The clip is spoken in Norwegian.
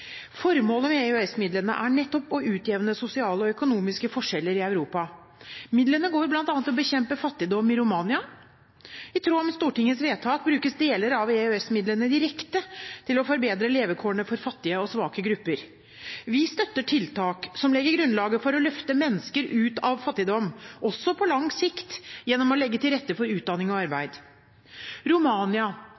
Formålet med EØS-midlene er nettopp å utjevne sosiale og økonomiske forskjeller i Europa. Midlene går bl.a. til å bekjempe fattigdom i Romania. I tråd med Stortingets vedtak brukes deler av EØS-midlene direkte til å forbedre levekårene for fattige og svake grupper. Vi støtter tiltak som legger grunnlaget for å løfte mennesker ut av fattigdom – også på lang sikt – gjennom å legge til rette for utdanning og